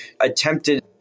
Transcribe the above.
attempted